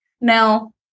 Now